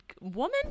Woman